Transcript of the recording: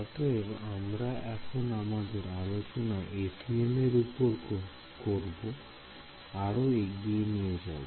অতএব আমরা এখন আমাদের আলোচনা FEM এর উপর আরও এগিয়ে নিয়ে যাব